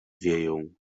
wieją